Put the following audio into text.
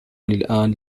الآن